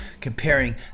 comparing